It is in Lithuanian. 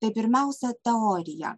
tai pirmiausia teorija